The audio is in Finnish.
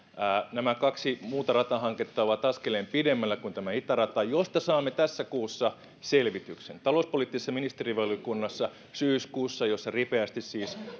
nämä kaksi muuta ratahanketta ovat askeleen pidemmällä kuin tämä itärata josta saamme tässä kuussa selvityksen syyskuussa talouspoliittisessa ministerivaliokunnassa jossa siis ripeästi